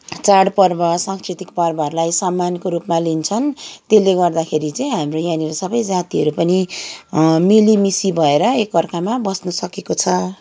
चाडपर्व सांस्कृतिक पर्वहरूलाई सम्मानको रूपमा लिन्छन् त्यसले गर्दाखेरि चाहिँ हाम्रो यहाँनिर सबै जातिहरू पनि मिलिमिसी भएर एक अर्कामा बस्नु सकेको छ